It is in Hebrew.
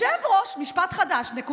משפט חדש, נקודה-פסיק,